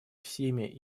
всеми